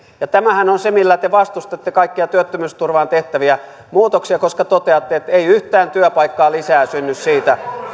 ja tämähän on se millä te vastustatte kaikkia työttömyysturvaan tehtäviä muutoksia toteatte että ei yhtään työpaikkaa lisää synny siitä